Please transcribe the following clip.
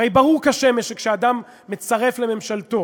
הרי ברור כשמש שכשאדם מצרף לממשלתו